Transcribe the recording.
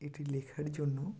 এটি লেখার জন্য